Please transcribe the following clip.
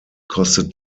kostet